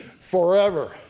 forever